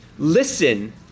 Listen